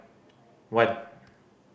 one